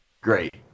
great